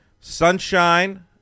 sunshine